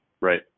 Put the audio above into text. right